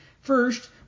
First